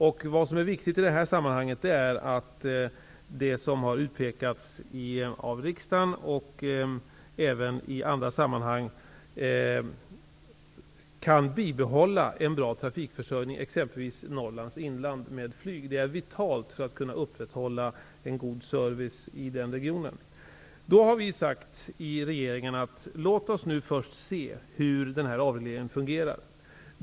Det som är viktigt här är att vi, vilket har utpekats av riksdagen och även i andra sammanhang, kan bibehålla en bra trafikförsörjning med flyg i exempelvis Norrlands inland. Det är vitalt för att man skall kunna upprätthålla en god service i den regionen. I regeringen har vi sagt: Låt oss nu först se hur avregleringen fungerar.